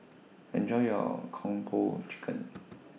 Enjoy your Kung Po Chicken